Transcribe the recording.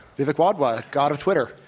vivek wadhwa, god of twitter.